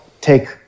take